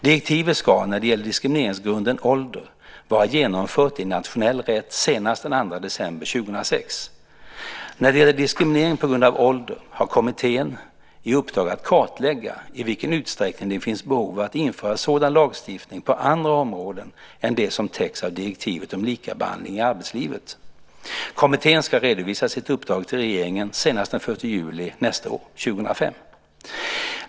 Direktivet ska när det gäller diskrimineringsgrunden ålder vara genomfört i nationell rätt senast den 2 december 2006. När det gäller diskriminering på grund av ålder har kommittén i uppdrag att kartlägga i vilken utsträckning det finns behov av att införa sådan lagstiftning på andra områden än de som täcks av direktivet om likabehandling i arbetslivet. Kommittén ska redovisa sitt uppdrag till regeringen senast den 1 juli 2005.